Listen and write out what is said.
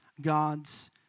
God's